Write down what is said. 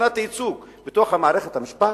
מבחינת הייצוג בתוך מערכת המשפט,